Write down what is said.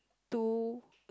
two